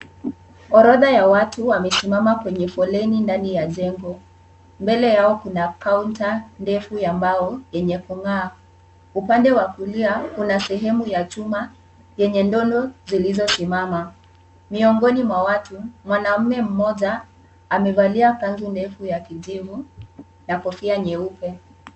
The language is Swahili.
Orodha ya watu wamesimama kwenye foleni ndani ya jengo, mbele yao kuna counter ndefu ya mbao yenye kung'aa. Upande wa kulia kuna sehemu ya chuma yenye ndondo zilizosimama. Miongoni mwa watu mwanamume mmoja amevalia kanzu ndefu ya kijivu na kofia nyeupe.